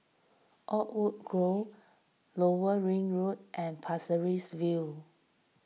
Oakwood Grove Lower Ring Road and Pasir Ris View